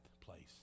place